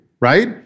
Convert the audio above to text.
right